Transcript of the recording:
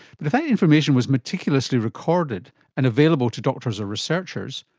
but if that information was meticulously recorded and available to doctors or researchers,